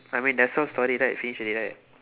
I mean that sob story right finish already right